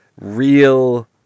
real